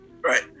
right